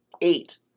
eight